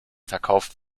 verkauft